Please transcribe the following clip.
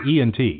ENT